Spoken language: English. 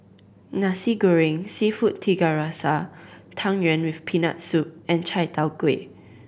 Nasi Goreng Seafood Tiga Rasa Tang Yuen with Peanut Soup and Chai Tow Kuay